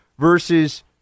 versus